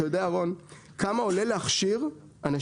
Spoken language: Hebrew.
אתה יודע, רון, כמה עולה להכשיר אנשים?